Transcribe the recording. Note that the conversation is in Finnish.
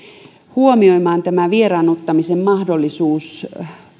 huomioimaan vieraannuttamisen mahdollisuus